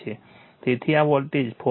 તેથી આ વોલ્ટેજ 4